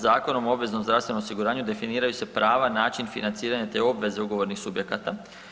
Zakonom o obveznom zdravstvenom osiguranju definiraju se prava, način financiranja te obveze ugovornih subjekata.